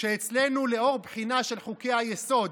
ואצלנו, לאור בחינה של חוקי-היסוד.